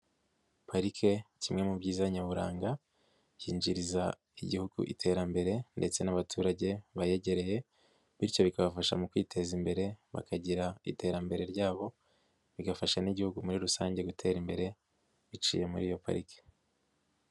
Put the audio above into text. Parike kimwe mu byiza nyaburanga, yinjiriza igihugu iterambere ndetse n'abaturage bayegereye bityo bikabafasha mu kwiteza imbere, bakagira iterambere ryabo, bigafasha n'igihugu muri rusange gutera imbere, biciye muri iyo parike.